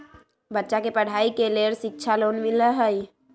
बच्चा के पढ़ाई के लेर शिक्षा लोन मिलहई?